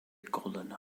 golan